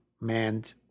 manned